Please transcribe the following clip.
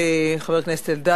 חבר הכנסת אלדד,